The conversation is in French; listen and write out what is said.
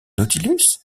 nautilus